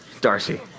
Darcy